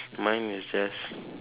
mine is just